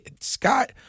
Scott